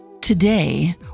Today